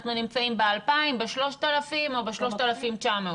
אנחנו נמצאים ב-2,000, ב-3,000 או ב-3,900?